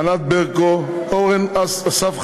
ענת ברקו, אורן אסף חזן,